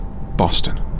Boston